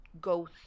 go